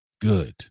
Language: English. good